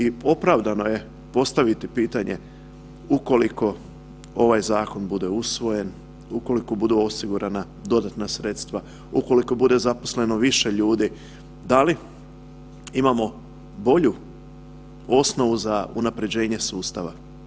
I opravdano je postaviti pitanje ukoliko ovaj zakon bude usvojen, ukoliko budu osigurana dodatna sredstva, ukoliko bude zaposleno više ljudi, da li imamo bolju osnovu za unaprjeđenje sustava.